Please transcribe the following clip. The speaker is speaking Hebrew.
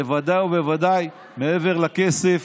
בוודאי ובוודאי מעבר לכסף,